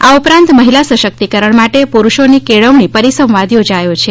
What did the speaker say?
આ ઉપરાંત મહિલા સશક્તિકરણ માટે પુરૂષોની કેળવણી પરિસંવાદ યોજ્યો છે